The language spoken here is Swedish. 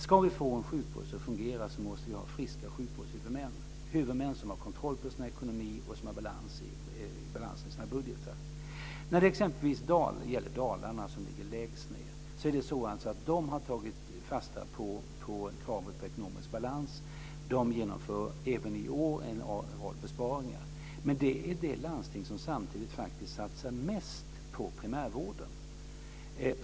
Ska vi få en sjukvård som fungerar måste vi ha friska sjukvårdshuvudmän - huvudmän som har kontroll på sina ekonomier och balans i sina budgetar. Exempelvis Dalarna, som ligger lägst, har tagit fasta på kravet på ekonomisk balans. Där genomförs även i år en rad besparingar. Men det är samtidigt det landsting som faktiskt satsar mest på primärvården.